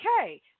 okay